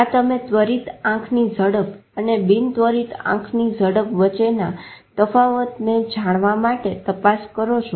આ તમે ત્વરિત આંખની ઝડપ અને બિન ત્વરિત આંખની ઝડપ વચ્ચેના તફાવતને જાણવા માટે તપાસ કરો છો